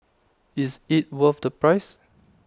is IT worth the price